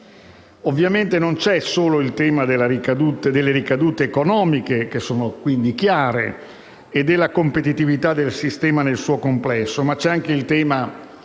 Ovviamente non c'è solo il tema delle ricadute economiche, che sono chiare, e della competitività del sistema nel suo complesso, ma c'è anche quello